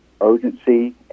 urgency